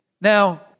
Now